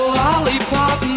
lollipop